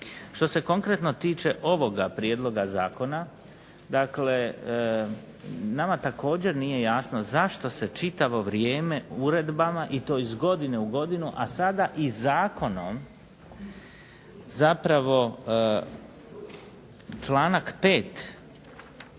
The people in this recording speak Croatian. Što se konkretno tiče ovoga prijedloga zakona dakle nama također nije jasno zašto se čitavo vrijeme uredbama i to iz godine u godinu, a sada i zakonom zapravo članak 5.